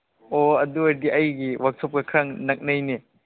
ꯑꯣ ꯑꯗꯨ ꯑꯣꯏꯔꯗꯤ ꯑꯩꯒꯤ ꯋꯥꯛꯁꯣꯞꯀ ꯈꯔ ꯅꯛꯅꯩꯅꯦ